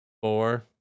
four